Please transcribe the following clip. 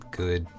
good